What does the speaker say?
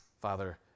Father